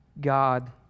God